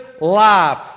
life